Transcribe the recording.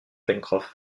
pencroff